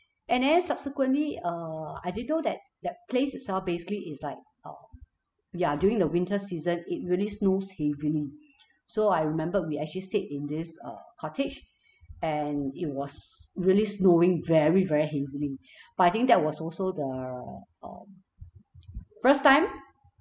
and then subsequently err I didn't know that that place itself basically is like uh ya during the winter season it really snows heavily so I remembered we actually stayed in this uh cottage and it was really snowing very very heavily but I think that was also the uh first time